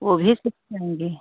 वो भी सिखाएँगे